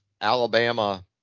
Alabama